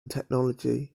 technology